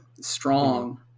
strong